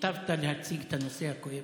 היטבת להציג את הנושא הכואב,